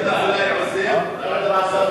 אם דוד אזולאי, כספים.